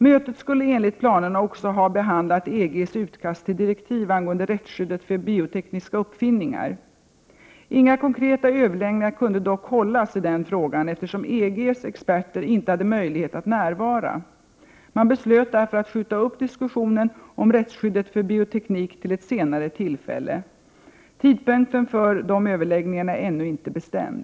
Mötet skulle enligt planerna också ha behandlat EG:s utkast till direktiv angående rättsskyddet för biotekniska uppfinningar. Inga konkreta överläggningar kunde dock hållas i den frågan eftersom EG:s experter inte hade möjlighet att närvara. Man beslöt därför att skjuta upp diskussionen om rättsskyddet för bioteknik till ett senare tillfälle. Tidpunkten för dessa överläggningar är ännu inte bestämd.